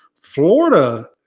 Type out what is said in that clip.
Florida